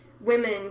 women